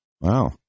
Wow